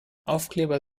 aufkleber